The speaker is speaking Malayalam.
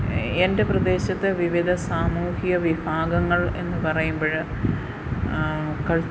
എൻ്റെ പ്രദേശത്ത് വിവിധ സാമൂഹ്യ വിഭാഗങ്ങൾ എന്നു പറയുമ്പോൾ മുകൾ